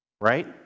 right